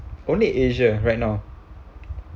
only asia right now